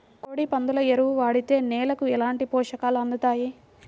కోడి, పందుల ఎరువు వాడితే నేలకు ఎలాంటి పోషకాలు అందుతాయి